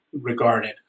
regarded